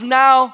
now